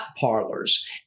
parlors